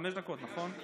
חמש דקות, נכון?